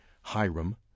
Hiram